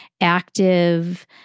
active